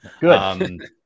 Good